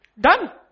Done